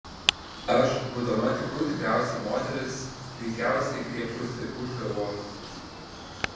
aš būdama tikrų tikriausia moteris veikiausiai griebčiausi už galvos